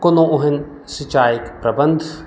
कोनो ओहन सिँचाइक प्रबन्ध